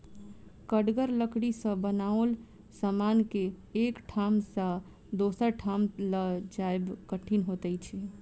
कड़गर लकड़ी सॅ बनाओल समान के एक ठाम सॅ दोसर ठाम ल जायब कठिन होइत छै